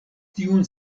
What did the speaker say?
tiun